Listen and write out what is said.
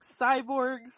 cyborgs